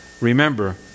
remember